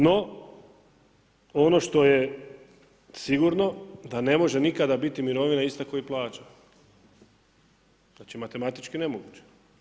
No, ono što je sigurno da ne može nikada biti mirovina ista ko i plaća, znači matematički nemoguće.